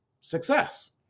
success